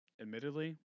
admittedly